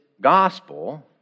gospel